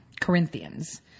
Corinthians